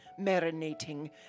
marinating